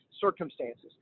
circumstances